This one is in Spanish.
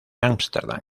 amsterdam